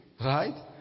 Right